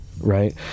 right